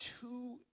two